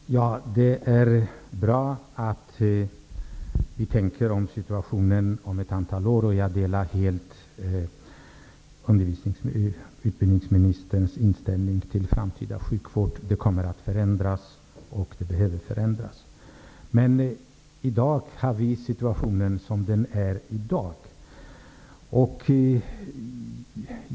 Fru talman! Det är bra att vi tänker på situationen om ett antal år. Jag delar helt utbildningsministerns inställning till framtida sjukvård. Den kommer att förändras och behöver förändras. Men nu diskuterar vi situationen som den är i dag.